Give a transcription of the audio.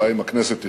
אולי אם הכנסת תרצה,